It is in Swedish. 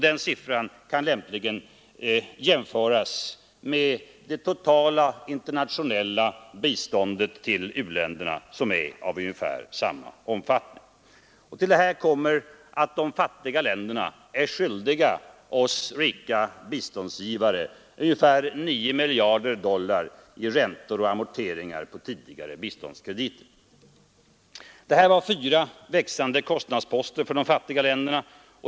Den siffran motsvarar det totala internationella biståndet till u-länderna. Till detta kommer att de fattiga länderna är skyldiga oss rika biståndgivare ungefär 9 miljarder dollar i räntor och amorteringar på tidigare biståndkrediter. Det här var fyra växande kostnadsposter för de fattiga länderna.